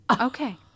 Okay